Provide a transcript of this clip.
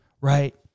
right